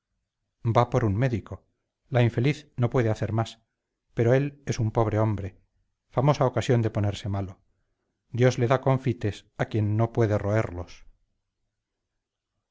un médico la infeliz no puede hacer más pero él es un pobre hombre famosa ocasión de ponerse malo dios le da confites a quien no puede roerlos